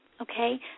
okay